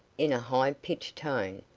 in a high-pitched tone,